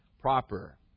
proper